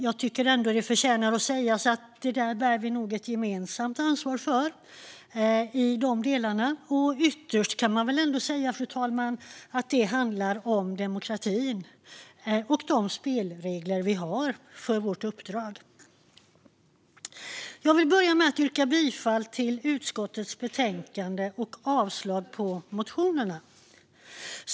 Jag tycker ändå att det förtjänar att sägas att det bär vi nog ett gemensamt ansvar för i de delarna. Ytterst kan man väl ändå säga, fru talman, att det handlar om demokrati och de spelregler som vi har för vårt uppdrag. Jag vill börja med att yrka bifall till utskottets förslag och avslag på förslagen i motionerna.